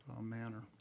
manner